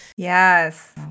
Yes